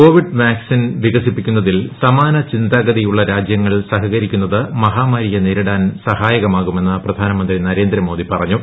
Covid vaccine വികസിപ്പിക്കുന്നതിൽ സമാന ചിന്താഗതിയുള്ള രാജ്യങ്ങൾ സഹ്ക്കരിക്കുന്നത് മഹാമാരിയെ നേരിടാൻ സഹായകമാകുമെന്ന് പ്രധാനമന്ത്രി നരേന്ദ്രമോദി പറഞ്ഞു